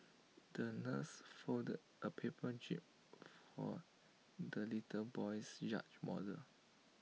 the nurse folded A paper jib for the little boy's yacht model